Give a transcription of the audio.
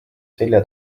selja